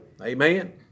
Amen